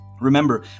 Remember